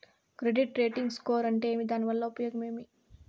Credit rating score అంటే ఏమి దాని వల్ల ఉపయోగం ఏమి?